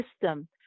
system